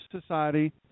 society